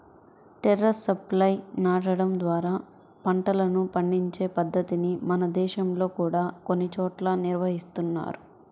టెర్రస్లపై నాటడం ద్వారా పంటలను పండించే పద్ధతిని మన దేశంలో కూడా కొన్ని చోట్ల నిర్వహిస్తున్నారు